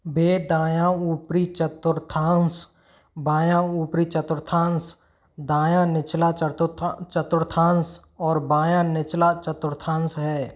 वे दायाँ ऊपरी चतुर्थांश बायाँ ऊपरी चतुर्थांश दायाँ निचला चतुर्थां चतुर्थांश और बायाँ निचला चतुर्थांश है